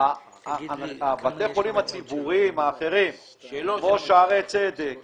בתי החולים הציבוריים האחרים כמו שערי צדק וכולי,